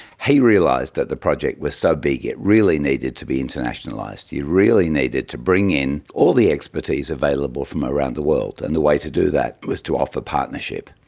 he realised that the project was so big it really needed to be internationalised, you really needed to bring in all the expertise available from around the world, and the way to do that was to offer partnership.